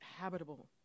habitable